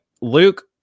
Luke